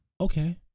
Okay